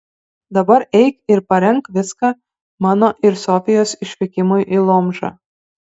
dabar eik ir parenk viską mano ir sofijos išvykimui į lomžą